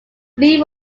lee